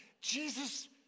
Jesus